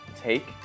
Take